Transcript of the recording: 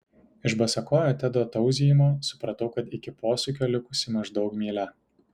iš basakojo tedo tauzijimo supratau kad iki posūkio likusi maždaug mylia